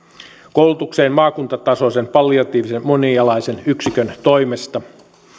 koulutukseen maakuntatasoisen palliatiivisen monialaisen yksikön toimesta